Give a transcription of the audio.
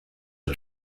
are